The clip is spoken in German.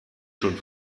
schon